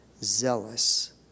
zealous